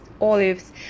olives